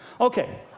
okay